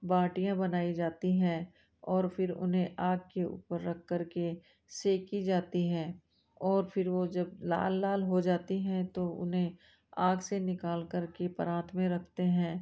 बाटीयाँ बनाई जाती हैं और फिर उन्हें आग के ऊपर रख करके सेकी जाती हैं और फिर वो जब लाल लाल हो जाती हैं तो उन्हें आग से निकाल कर परात में रखते हैं